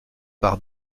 par